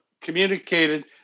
communicated